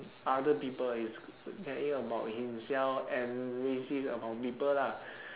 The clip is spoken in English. other people he's he caring about himself and racist about people lah